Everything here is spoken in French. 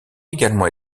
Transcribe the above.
également